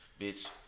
Bitch